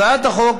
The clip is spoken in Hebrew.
הצעת החוק